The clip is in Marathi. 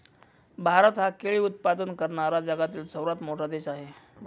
भारत हा केळी उत्पादन करणारा जगातील सर्वात मोठा देश आहे